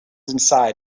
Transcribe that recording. inside